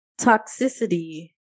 toxicity